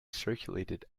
circulated